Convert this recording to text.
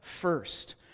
first